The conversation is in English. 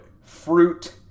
fruit